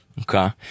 Okay